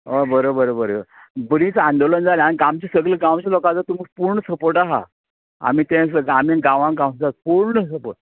हय बरोबर बरोबर बरींच आंदोलनां जालीं आमच्या सगल्या गांवच्या लोकाचो तुमकां पूण सपोट आसा आमी तें सुद्दां आमी गांवा आमच्या पूर्ण सपोट